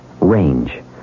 Range